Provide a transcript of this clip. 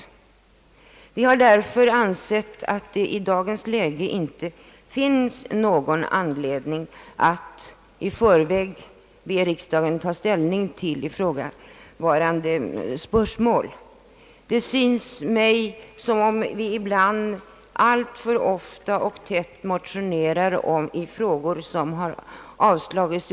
Vi har därför ansett att det i dagens läge inte finns någon anledning att i förväg be riksdagen ta ställning till ifrågavarande spörsmål. Det synes mig som om vi ibland alltför ofta motionerar i frågor i vilka liknande motioner nyligen avslagits.